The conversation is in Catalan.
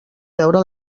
veure